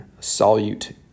solute